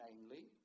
namely